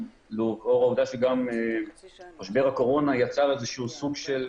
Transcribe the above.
לאור העובדה שמשבר הקורונה יצר סוג של